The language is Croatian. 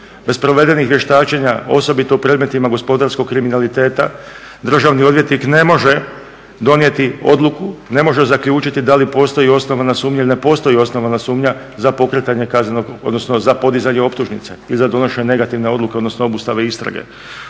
Bez provedenih vještačenja, osobito u predmetima gospodarskog kriminaliteta državni odvjetnik ne može donijeti odluku, ne može zaključiti da li postoji osnovana sumnja ili ne postoji osnovana sumnja za pokretanje kaznenog odnosno za podizanje optužnice ili za donošenje negativne odluke, odnosno obustave istrage.